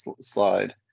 slide